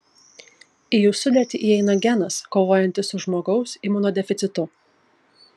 į jų sudėtį įeina genas kovojantis su žmogaus imunodeficitu